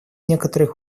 некоторых